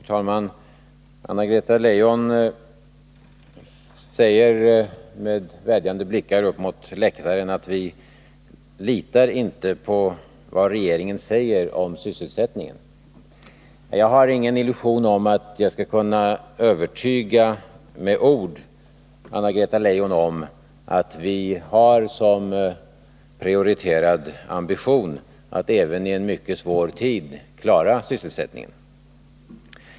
Herr talman! Anna-Greta Leijon säger med vädjande blickar upp mot läktaren: Vi litar inte på vad regeringen säger om sysselsättningen. Jag har ingen illusion om att jag skall med ord kunna övertyga Anna-Greta Leijon om att vi har som prioriterad ambition att även i en mycket svår tid klara sysselsättningen.